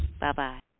Bye-bye